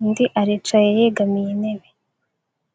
undi aricaye yegamiye intebe.